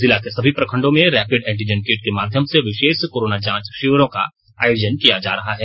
जिला के सभी प्रखंडों में रैपिड एंटीजन किट के माध्यम से विशेष कोरोना जांच शिविरों का आयोजन किया जा रहा है